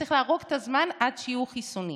צריך להרוג את הזמן עד שיהיו חיסונים.